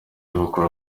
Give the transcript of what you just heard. bakora